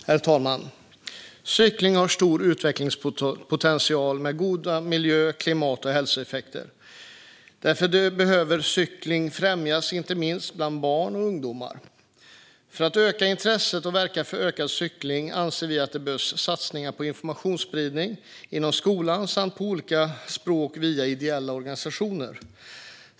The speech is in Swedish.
Herr talman! Cykling har stor utvecklingspotential med goda miljö-, klimat, och hälsoeffekter. Därför behöver cykling främjas, inte minst bland barn och ungdomar. För att öka intresset och verka för ökad cykling anser vi att det behövs satsningar på informationsspridning inom skolan samt på olika språk via ideella organisationer.